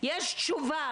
יש תשובה?